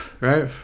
right